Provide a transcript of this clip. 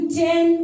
ten